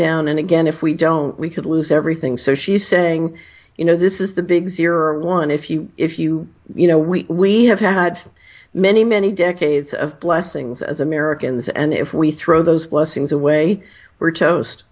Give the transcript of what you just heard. down and again if we don't we could lose everything so she's saying you know this is the big zero one if you if you you know we we have had many many decades of blessings as americans and if we throw those blessings away we're toast